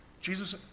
Jesus